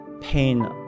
pain